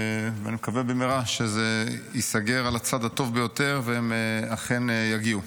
נקווה שזה ייסגר במהרה על הצד הטוב ביותר והם אכן יגיעו.